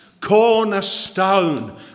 cornerstone